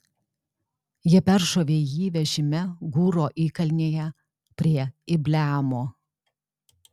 jie peršovė jį vežime gūro įkalnėje prie ibleamo